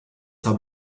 habe